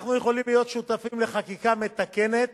ואנחנו יכולים להיות שותפים לחקיקה מתקנת,